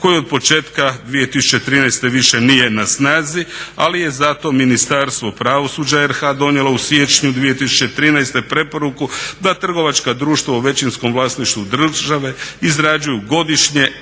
koju od početka 2013. više nije na snazi, ali zato Ministarstvo pravosuđa RH donijelo u siječnju 2013. preporuku da trgovačka društva u većinskom vlasništvu države izrađuju godišnje